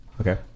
Okay